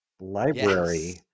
library